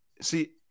see